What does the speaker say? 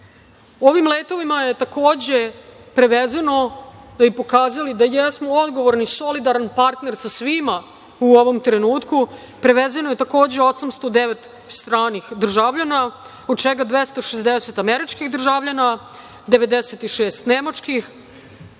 Ovim letovima je, takođe, prevezeno, da bi pokazali da jesmo odgovoran i solidaran partner sa svima u ovom trenutku, prevezeno je takođe 809 stranih državljana, od čega 260 američkih državljana, 96 nemačkih